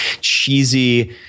cheesy